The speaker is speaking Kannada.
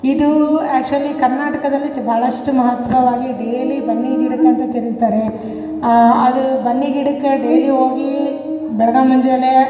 ಇದೂ ಆ್ಯಕ್ಚುವಲಿ ಕರ್ನಾಟಕದಲ್ಲಿ ಭಾಳಷ್ಟು ಮಹತ್ವವಾಗಿ ಡೇಲಿ ಬನ್ನಿ ಗಿಡಕ್ಕಂತ ತಿರುಗ್ತಾರೆ ಅದು ಬನ್ನಿ ಗಿಡಕ್ಕೆ ಡೇಲಿ ಹೋಗೀ ಬೆಳ್ಗೆ ಮುಂಜಾನೆ